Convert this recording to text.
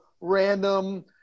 random